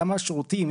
גם השירותים,